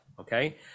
Okay